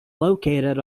located